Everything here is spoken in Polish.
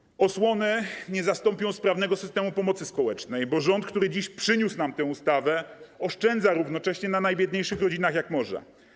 Wreszcie osłony nie zastąpią sprawnego systemu pomocy społecznej, bo rząd, który dziś przyniósł nam tę ustawę, oszczędza równocześnie na najbiedniejszych rodzinach jak może.